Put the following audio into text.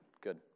Good